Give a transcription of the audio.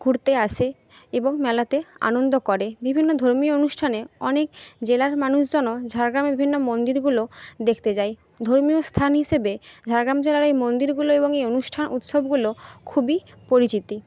ঘুরতে আসে এবং মেলাতে আনন্দ করে বিভিন্ন ধর্মীয় অনুষ্ঠানে অনেক জেলার মানুষজনও ঝাড়গ্রামে বিভিন্ন মন্দিরগুলো দেখতে যায় ধর্মীয় স্থান হিসেবে ঝাড়গ্রাম জেলার এই মন্দিরগুলো এবং এই অনুষ্ঠান উৎসবগুলো খুবই পরিচিতি